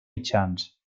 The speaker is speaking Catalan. mitjans